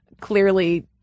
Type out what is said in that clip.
clearly